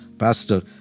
Pastor